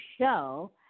show